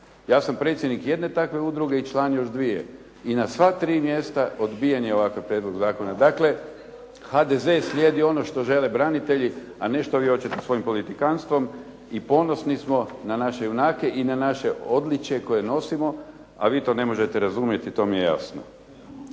Ja sam predsjednik jedne takve udruge i član još dvije i na sva tri mjesta odbijen je ovakav prijedlog zakona. Dakle, HDZ slijedi ono što žele branitelji a ne što vi hoćete svojim politikantstvom i ponosni smo na naše junake i na naše odličje koje nosimo a vi to ne možete razumjeti to mi je jasno.